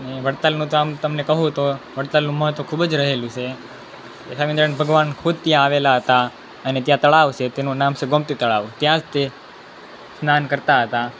અને વડતાલનું તો આમ તમને કહું તો વડતાલનું મહત્ત્વ ખૂબ જ રહેલું છે સ્વામિનારાયણ ભગવાન ખુદ ત્યાં આવેલા હતા અને ત્યાં તળાવ છે તેનું નામ છે ગોમતી તળાવ ત્યાં જ તે સ્નાન કરતા હતા